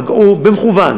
פגעו במכוון